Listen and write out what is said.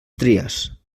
tries